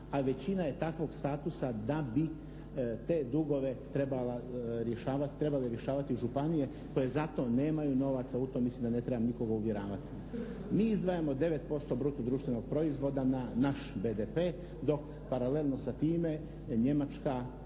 ali većina je takvog statusa da bi te dugove trebale rješavati županije koje za to nemaju novaca, u to mislim da ne trebam nikoga uvjeravati. Mi izdvajamo 9% bruto društvenog proizvoda na naš BDP dok paralelno sa time Njemačka,